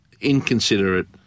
inconsiderate